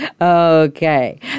Okay